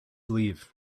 leave